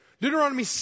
Deuteronomy